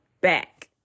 back